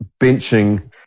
benching